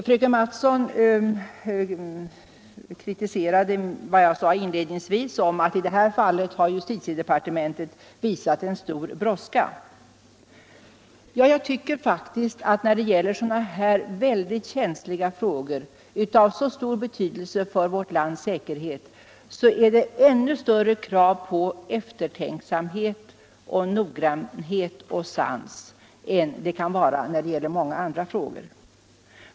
Fröken Mattson kritiserade vad jag sade inledningsvis om att justitiedepartementet i det här fallet har visat en stor brådska. Ja, jag tycker faktiskt att i sådana oerhört känsliga frågor, av så stor betydelse för vårt lands säkerhet, är kravet på eftertänksamhet och noggrannhet och sans ännu större än de kan vara i många andra frågor.